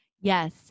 Yes